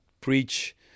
preach